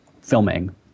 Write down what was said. filming